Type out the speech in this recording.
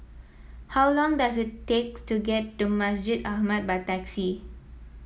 how long does it takes to get to Masjid Ahmad by taxi